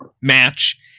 match